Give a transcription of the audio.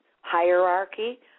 hierarchy